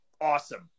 awesome